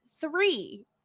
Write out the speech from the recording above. three